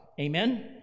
amen